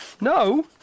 No